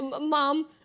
mom